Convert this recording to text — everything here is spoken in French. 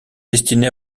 destinés